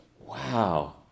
Wow